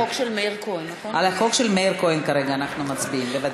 על החוק של מאיר כהן כרגע אנחנו מצביעים, בוודאי.